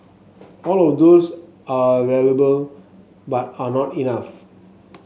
all of those are valuable but are not enough